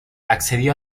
accedió